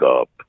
up